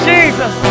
Jesus